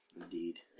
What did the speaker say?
Indeed